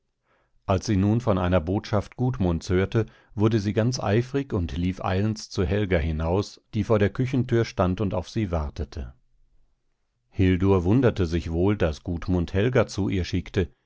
als sie nun von einer botschaft gudmunds hörte wurde sie ganz eifrig und lief eilends zu helga hinaus die vor der kirchentür stand und auf sie wartete hildur wunderte sich wohl daß gudmund helga zu ihr schickte